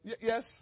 Yes